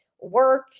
work